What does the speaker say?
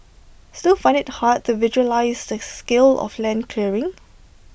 still find IT hard to visualise the scale of land clearing